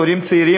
הורים צעירים,